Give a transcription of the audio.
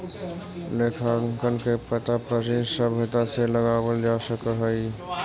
लेखांकन के पता प्राचीन सभ्यता से लगावल जा सकऽ हई